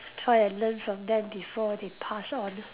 that's why I learn from them before they pass on